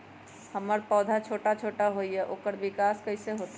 हमर पौधा छोटा छोटा होईया ओकर विकास कईसे होतई?